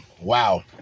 Wow